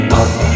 up